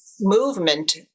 movement